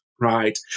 right